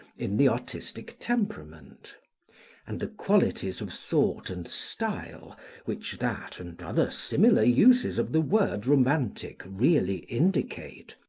in the artistic temperament and the qualities of thought and style which that, and other similar uses of the word romantic really indicate,